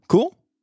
Cool